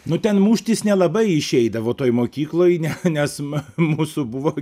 nu ten muštis nelabai išeidavo toj mokykloj ne nes mūsų buvo